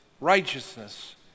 righteousness